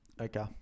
okay